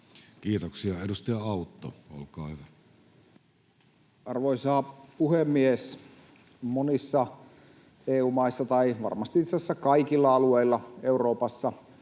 muuttamisesta Time: 13:14 Content: Arvoisa puhemies! Monissa EU-maissa tai varmasti itse asiassa kaikilla alueilla Euroopassa